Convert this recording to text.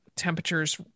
temperatures